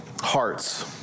hearts